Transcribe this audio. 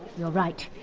you're right.